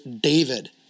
David